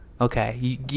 Okay